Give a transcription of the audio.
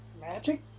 Magic